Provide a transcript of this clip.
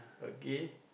okay